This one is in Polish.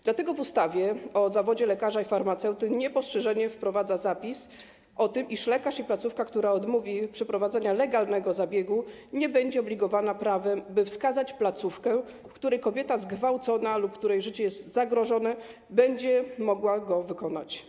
Dlatego w ustawie o zawodach lekarza i farmaceuty niepostrzeżenie wprowadza zapis o tym, iż lekarz i placówka, którzy odmówią przeprowadzenia legalnego zabiegu, nie będą zobligowani prawem, by wskazać placówkę, w której kobieta zgwałcona lub kobieta, której życie jest zagrożone, będzie mogła go wykonać.